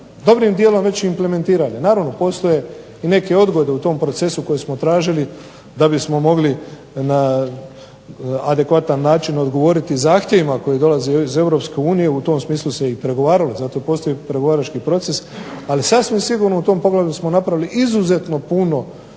dobrim dijelom već implementirali. Naravno, postoje i neki odgovori u tom procesu koje smo tražili da bismo mogli na adekvatan način odgovoriti zahtjevima koji dolaze iz Europske unije u tom smislu se i pregovaralo zato postoji pregovarački proces, ali sasvim sigurno u tom pogledu smo napravili izuzetno puno